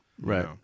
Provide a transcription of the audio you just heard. right